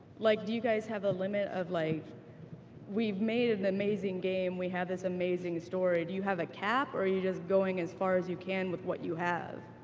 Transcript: like do you guys have a limit of. like we've made an amazing game. we have this amazing story. do you have a cap, or are you just going as far as you can with what you have?